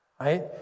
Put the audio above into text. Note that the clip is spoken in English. right